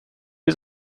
was